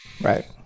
Right